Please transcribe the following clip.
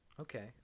okay